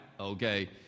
Okay